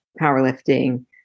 powerlifting